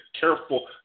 careful